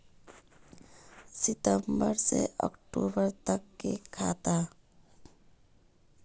सितम्बर से अक्टूबर तक के खाता?